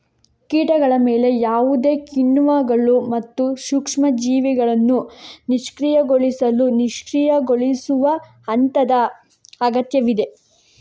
ಕೀಟಗಳ ಮೇಲೆ ಯಾವುದೇ ಕಿಣ್ವಗಳು ಮತ್ತು ಸೂಕ್ಷ್ಮ ಜೀವಿಗಳನ್ನು ನಿಷ್ಕ್ರಿಯಗೊಳಿಸಲು ನಿಷ್ಕ್ರಿಯಗೊಳಿಸುವ ಹಂತದ ಅಗತ್ಯವಿದೆ